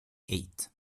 eight